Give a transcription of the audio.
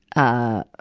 ah,